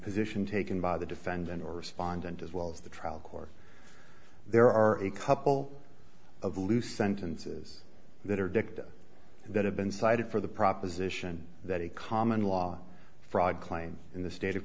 position taken by the defendant or respondent as well as the trial court there are a couple of loose sentences that are dicta that have been cited for the proposition that a common law fraud claim in the state of